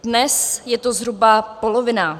Dnes je to zhruba polovina.